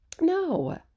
no